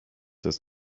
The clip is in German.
das